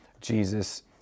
Jesus